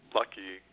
lucky